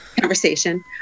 conversation